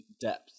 depth